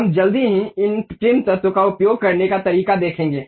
हम जल्द ही इन ट्रिम तत्त्व का उपयोग करने का तरीका देखेंगे